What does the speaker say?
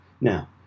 Now